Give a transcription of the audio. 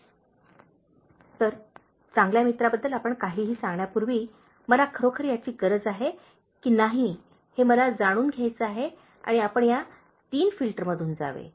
" तर माझ्या चांगल्या मित्राबद्दल आपण काहीही सांगण्यापूर्वी मला खरोखर याची गरज आहे की नाही हे मला जाणून घ्यायचे आहे आणि आपण या तीन फिल्टरमधून जावे